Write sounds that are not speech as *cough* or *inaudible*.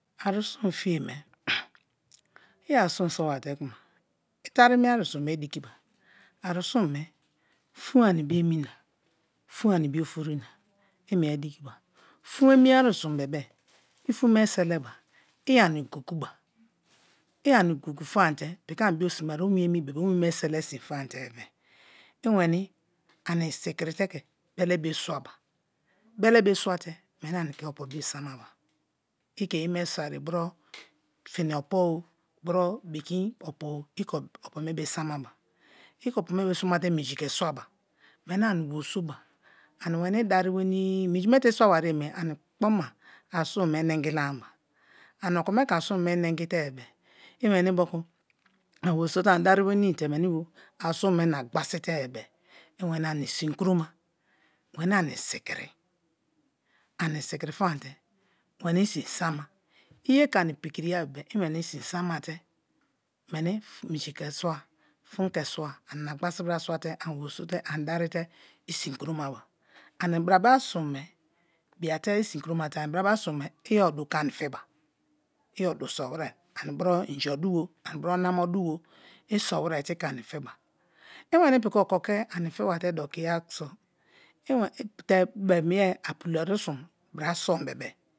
Arusun fiye me *noise* i arusun i tari mi arusun me dikiba, arusun me pun ani bo emi na fun ani bo ofori be i mie dikiba fin emi arusun bebe-e i fun me sele ba i ani gugu ba i gugu famate piki ani bo diki te onwin me selesin famate-e i weni ani sikiri te ke bele bio swaba, bele bio swate-e meni ani ke opo bio samaba i ke ye me soi ye bro i ke ye me soi ye bro fini opo-o bro bebin opo-o, i ke opo me bo samaba i ke opo me bo samate minji ke swaba meni ani weriso be ani meni dari wenii ininji me te i swawariye me ani kpoma ani sum me mongi la-an ba ani oko me ke anusum me nengi te-e ieni moku ani weriso te ani dari wenii te arusun me ma gbasi tee bebe-e i weni mi sinkroma weni ani sikiri ani sikiri fam te weni sin sama i ye prikiri ya bebe-e i weni bin samaa te meni minji ke swa fun ke swa ani na ghasi bra swa te ani weri so te ani derite i sin kromaba ani brabe arusun me biate isinkromate-e i odu ke ani fi ba i odu so we're ani bro inji odu o ani bro nama odu-o i so we're te i ke ani fiba, i weni piki oko ani fi ba dokiya so *unintelligible* te be-em ye apulo arusun bra som bebe-e.